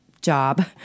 job